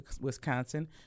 Wisconsin